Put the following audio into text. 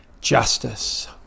Justice